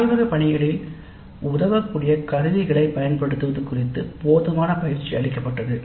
ஆய்வகப் பணிகளில் உதவக்கூடிய கருவிகளைப் பயன்படுத்துவது குறித்து போதுமான பயிற்சி அளிக்கப்பட்டது